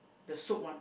the soup one